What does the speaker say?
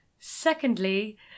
Secondly